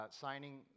signing